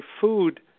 food